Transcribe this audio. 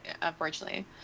unfortunately